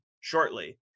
shortly